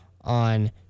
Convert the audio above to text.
on